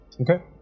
Okay